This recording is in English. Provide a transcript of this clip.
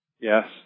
Yes